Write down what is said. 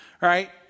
right